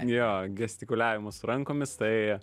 jo gestikuliavimas rankomis tai